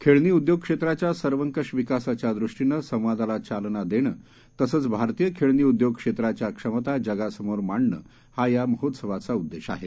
खेळणी उद्योगक्षेत्राच्या सर्वंकष विकासाच्या द्रष्टीनं संवादाला चालना देणं तसंच भारतीय खेळणी उद्योग क्षेत्राच्या क्षमता जगासमोर मांडणं हा या महोत्सवाचा उद्देश आहे